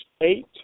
eight